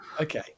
Okay